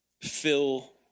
fill